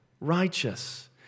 righteous